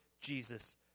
Jesus